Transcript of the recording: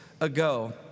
ago